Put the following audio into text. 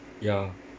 ya